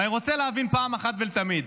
ואני רוצה להבין פעם אחת ולתמיד,